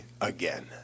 again